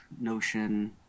notion